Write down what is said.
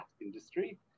industry